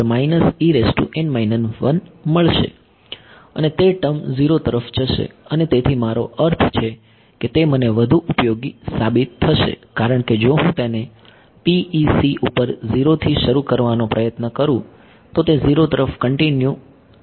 તેથી મને મળશે અને તે ટર્મ 0 તરફ જશે અને તેથી મારો અર્થ છે કે તે મને વધુ ઉપયોગી સાબિત થશે કારણકે જો હું તેને PEC ઉપર 0 થી શરુ કરવાનો પ્રયત્ન કરું તો તે 0 તરફ કન્ટીન્યુ જવું જોઈએ